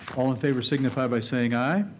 all in favor, signify by saying aye.